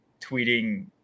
tweeting